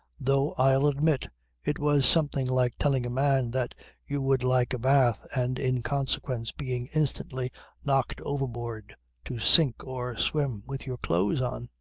though i'll admit it was something like telling a man that you would like a bath and in consequence being instantly knocked overboard to sink or swim with your clothes on.